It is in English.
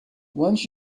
once